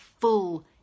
full